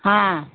हाँ